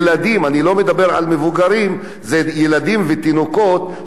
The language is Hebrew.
זה ילדים ותינוקות שאין להם את הביטחון התזונתי,